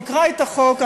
תקרא את החוק.